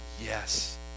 Yes